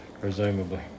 Presumably